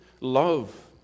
love